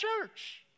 church